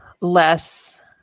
less